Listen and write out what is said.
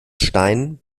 stein